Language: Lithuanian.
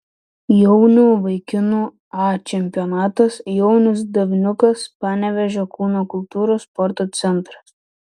jaunių vaikinų a čempionatas jaunius davniukas panevėžio kūno kultūros sporto centras